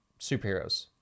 Superheroes